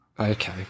Okay